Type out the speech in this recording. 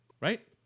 Right